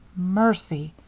mercy!